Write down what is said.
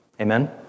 amen